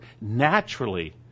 naturally